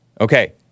Okay